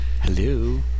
Hello